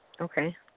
Okay